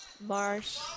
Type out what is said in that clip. Marsh